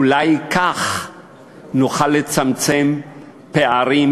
אולי כך נוכל לצמצם פערים,